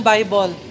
Bible